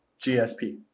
GSP